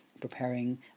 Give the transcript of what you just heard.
preparing